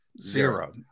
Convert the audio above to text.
Zero